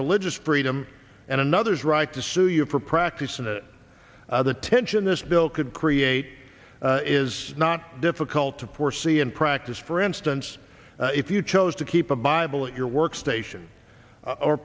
religious freedom and another's right to sue you for practicing it the tension this bill could create is not difficult to foresee in practice for instance if you chose to keep a bible in your work station or